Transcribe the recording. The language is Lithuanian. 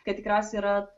kad tikriausiai yra